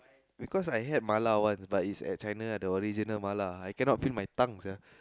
because I had mala once but it's at China the original mala I cannot feel my tongue sia